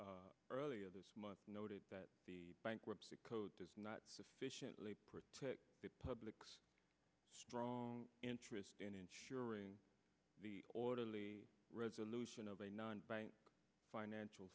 bernanke earlier this month noted that the bankruptcy code does not sufficiently protect the public's strong interest in ensuring orderly resolution of a non bank financial